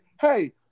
hey